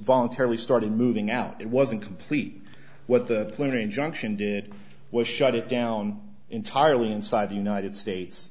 voluntarily started moving out it wasn't complete what the clear injunction did was shut it down entirely inside the united states